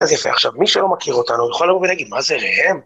אז יפה, עכשיו מי שלא מכיר אותנו יוכל לראות בנגיד מה זה רעם?